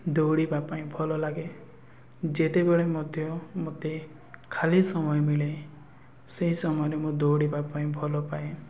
ଦୌଡ଼ିବା ପାଇଁ ଭଲ ଲାଗେ ଯେତେବେଳେ ମଧ୍ୟ ମୋତେ ଖାଲି ସମୟ ମିଳେ ସେହି ସମୟରେ ମୁଁ ଦୌଡ଼ିବା ପାଇଁ ଭଲ ପାାଏ